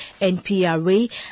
NPRA